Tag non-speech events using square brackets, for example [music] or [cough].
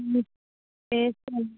മ് ഫീസ് [unintelligible]